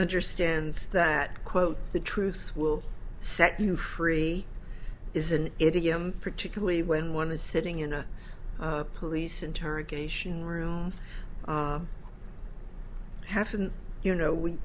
understands that quote the truth will set you free is an idiom particularly when one is sitting in a police interrogation room haven't you know we